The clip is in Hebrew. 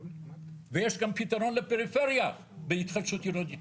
ויש גם פתרון לפריפריה, בהתחדשות עירונית.